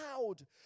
cloud